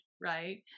right